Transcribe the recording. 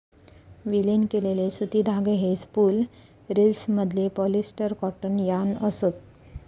विलीन केलेले सुती धागे हे स्पूल रिल्समधले पॉलिस्टर कॉटन यार्न असत